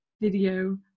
video